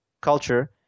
culture